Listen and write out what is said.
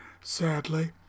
sadly